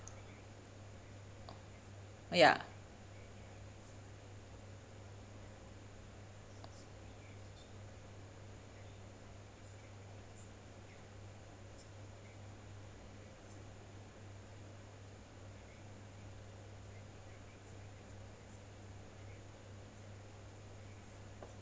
ya